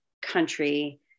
country